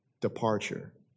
departure